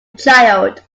child